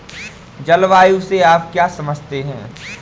जलवायु से आप क्या समझते हैं?